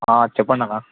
చెప్పండి అన్నా